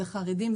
זה חרדים,